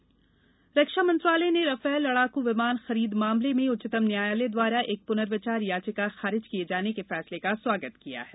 Rafale रक्षा मंत्रालय ने राफेल लडाकू विमान खरीद मामले में उच्चतम न्यायालय द्वारा एक पुनर्विचार याचिका खारिज किये जाने के फैसले का स्वागत किया है